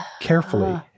carefully